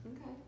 Okay